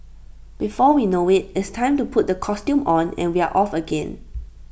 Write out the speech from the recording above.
before we know IT it's time to put the costume on and we are off again